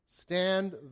Stand